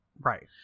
right